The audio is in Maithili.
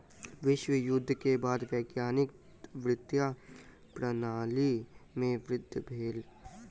विश्व युद्ध के बाद वैश्विक वित्तीय प्रणाली में वृद्धि भेल